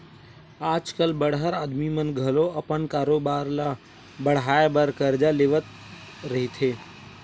आज कल बड़हर आदमी मन घलो अपन कारोबार ल बड़हाय बर करजा लेवत रहिथे